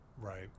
right